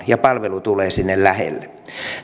ja palvelu tulee sinne lähelle